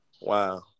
wow